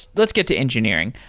let's get to engineering.